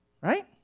right